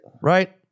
Right